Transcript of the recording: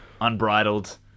unbridled